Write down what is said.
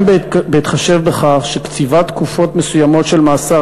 גם בהתחשב בכך שלקציבת תקופות של מאסר